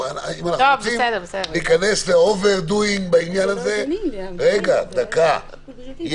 אם אנחנו רוצים להיכנס לאובר-דואינג בעניין הזה יש הנחיות.